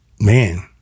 man